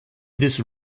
this